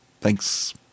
Thanks